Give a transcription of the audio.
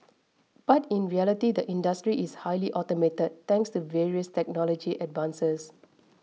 but in reality the industry is highly automated thanks to various technology advances